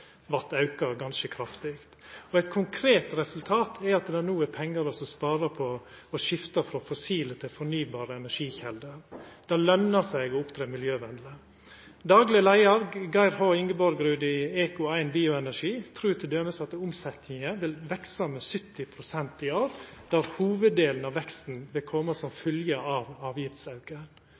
vart auka ganske kraftig. Eit konkret resultat er at det no er pengar å spara på å skifta frå fossile til fornybare energikjelder. Det løner seg å opptre miljøvenleg. Dagleg leiar Geir H. Ingeborgrud i Eco-1 Bioenergi trur til dømes at omsetjinga vil veksa med 70 pst. i år, og at hovuddelen av veksten vil koma som følgje av avgiftsauken.